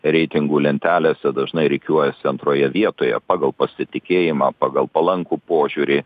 reitingų lentelėse dažnai rikiuojasi antroje vietoje pagal pasitikėjimą pagal palankų požiūrį